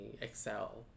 excel